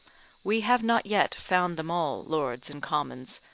we have not yet found them all, lords and commons,